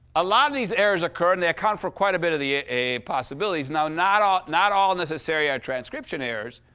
a lot of these errors occur, and they account for quite a bit of the possibilities. now, not all not all, necessarily, are transcription errors.